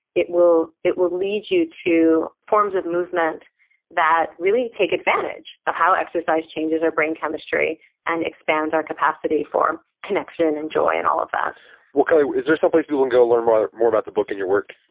it will it will lead you to forms of movement that really take advantage of how exercise changes our brain chemistry and expands our capacity for connection and joy and all of that well, kelly, is there someplace people can go learn more more about the book and your work?